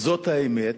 זאת האמת.